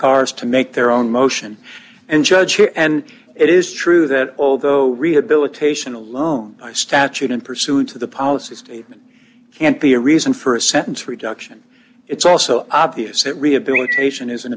ours to make their own motion and judge here and it is true that although rehabilitation alone by statute in pursuit of the policy statement can't be a reason for a sentence reduction it's also obvious that rehabilitation is